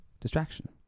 distraction